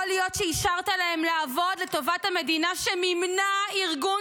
יכול להיות שאישרת להם לעבוד לטובת המדינה שמימנה ארגון